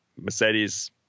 Mercedes